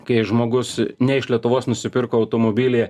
kai žmogus ne iš lietuvos nusipirko automobilį